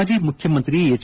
ಮಾಜಿ ಮುಖ್ಯಮಂತ್ರಿ ಎಚ್